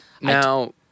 Now